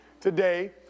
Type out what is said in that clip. today